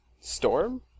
Storm